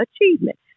achievement